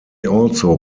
also